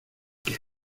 que